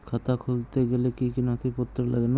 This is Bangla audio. খাতা খুলতে গেলে কি কি নথিপত্র লাগে?